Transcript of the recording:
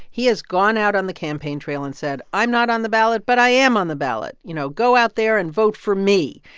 he has gone out on the campaign trail and said, i'm not on the ballot, but i am on the ballot. you know, go out there and vote for me.